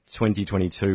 2022